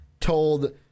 told